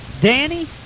Danny